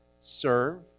serve